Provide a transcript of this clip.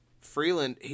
Freeland